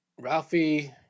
Ralphie